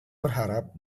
berharap